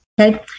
Okay